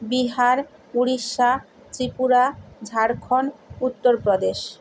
Bihar Orissa Tripura Jharkhand Uttar Pradesh